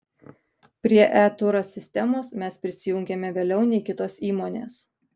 prie e turas sistemos mes prisijungėme vėliau nei kitos įmonės